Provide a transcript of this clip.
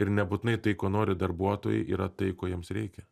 ir nebūtinai tai ko nori darbuotojai yra tai ko jiems reikia